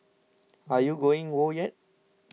are you going whoa yet